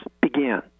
began